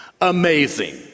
Amazing